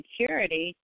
Security